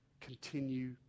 continue